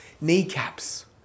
kneecaps